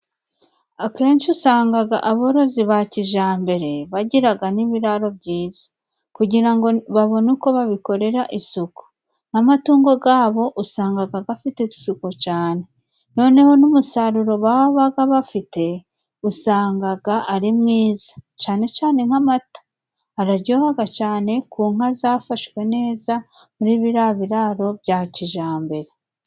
Akenshi usangaga aborozi ba kijambere bagiraga n'ibiraro byiza kugira ngo babone uko babikorera isuku n'amatungo gabo usangaga gafite isuku cane noneho n'umusaruro babaga bafite usangaga ari mwiza cane cane nk'amata araryohaga cane ku nka zafashwe neza muri biriya biraro bya kijambere.